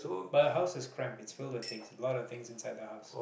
but the house is cramped it's filled with things a lot of things inside the house